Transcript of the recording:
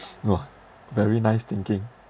!wah! very nice thinking